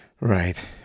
right